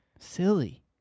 Silly